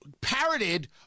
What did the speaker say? parroted